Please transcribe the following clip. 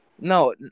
No